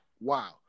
wow